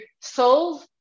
solve